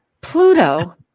Pluto